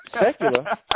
Secular